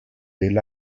del